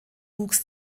wuchs